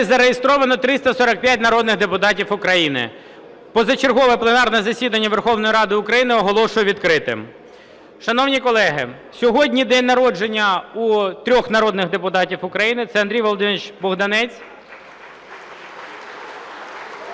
зареєстровано 345 народних депутатів України. Позачергове пленарне засідання Верховної Ради України оголошую відкритим. Шановні колеги, сьогодні день народження у трьох народних депутатів України. Це Андрій Володимирович Богданець